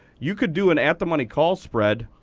you could do an antimony call spread,